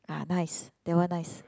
uh nice that one nice